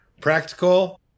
practical